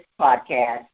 podcast